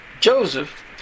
Joseph